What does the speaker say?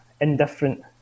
indifferent